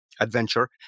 adventure